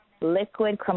liquid